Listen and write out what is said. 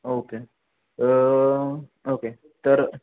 okay okay तर